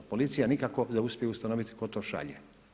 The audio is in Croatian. Policija nikako da uspije ustanoviti tko to šalje.